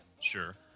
Sure